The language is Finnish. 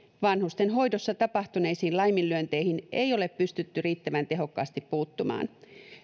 vanhustenhoidossa tapahtuneisiin laiminlyönteihin ei ole pystytty riittävän tehokkaasti puuttumaan